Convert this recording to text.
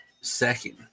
second